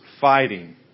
fighting